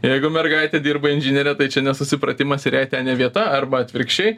jeigu mergaitė dirba inžiniere tai čia nesusipratimas ir jai ten ne vieta arba atvirkščiai